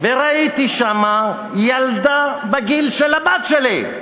וראיתי שם ילדה בגיל של הבת שלי,